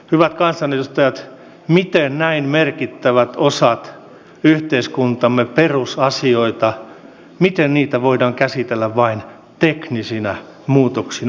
hyvät kansanedustajat miten näin merkittäviä osia yhteiskuntamme perusasioista voidaan käsitellä vain teknisinä muutoksina